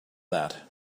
that